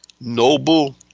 Noble